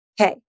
Okay